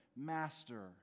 Master